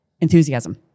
enthusiasm